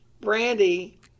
Brandy